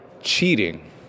cheating